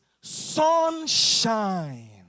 sunshine